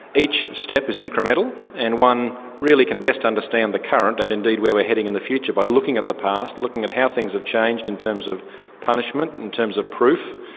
each step is incremental and one really can best understand the current and indeed where we're heading in the future by looking at the past, looking at how things have changed in terms of punishment, in terms of proof,